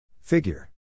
Figure